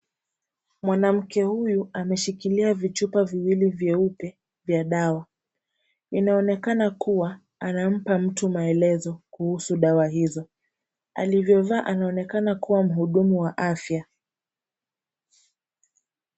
Mwanamke huyu ameshikilia vichupa viwili vyeupe vya dawa. Inaonekana kuwa anampa mtu maelezo kuhusu dawa hizo. Alivyovaa anaonekana kuwa mhudumu wa afya.